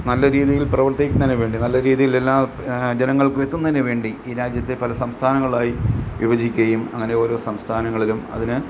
നല്ല രീതിയിൽ പ്രവർത്തിക്കുന്നതിന് വേണ്ടി നല്ല രീതിയിൽ എല്ലാം ജനങ്ങൾക്ക് എത്തുന്നതിന് വേണ്ടി ഈ രാജ്യത്തെ പല സംസ്ഥാനങ്ങളായി വിഭജിക്കുകയും അങ്ങനെ ഓരോ സംസ്ഥാനങ്ങളിലും അതിന്